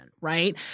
right